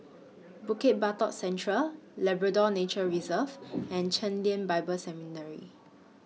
Bukit Batok Central Labrador Nature Reserve and Chen Lien Bible Seminary